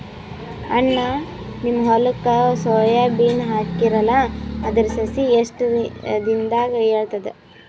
ಅಣ್ಣಾ, ನಿಮ್ಮ ಹೊಲಕ್ಕ ಸೋಯ ಬೀನ ಹಾಕೀರಲಾ, ಅದರ ಸಸಿ ಎಷ್ಟ ದಿಂದಾಗ ಏಳತದ?